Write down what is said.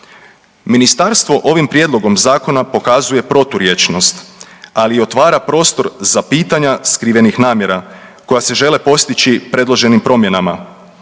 Ministarstvo ovim prijedlogom zakona pokazuje proturječnost, ali i otvara prostor za pitanja skrivenih namjera koje se žele postići predloženim promjenama.